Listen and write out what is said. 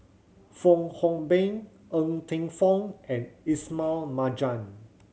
Fong Hoe Beng Ng Teng Fong and Ismail Marjan